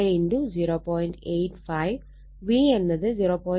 85 V എന്നത് 0